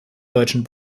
deutschen